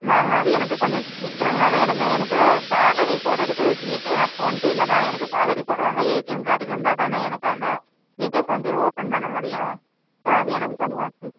ma'am அது எனக்கு கொஞ்சம் சீக்கிரமாக வேணும் எனக்கு சாலரி போடுறதுக்கு ஜிபே ஆர் ஃபோன்பேவில் தான் எனக்கு சாலரி போடுவாங்க எடிஎம் கார்டு இருந்தால் தானே எனக்கு அந்த ஜிபே ஃபோன்பே ஓப்பன் பண்ண முடியும் ஸோ அது எனக்கு கொஞ்சம் சீக்கிரம்